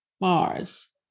Mars